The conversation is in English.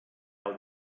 else